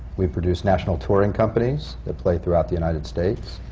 we produce national touring companies that play throughout the united states.